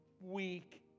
week